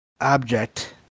object